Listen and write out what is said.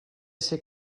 ser